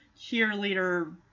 cheerleader